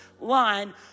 line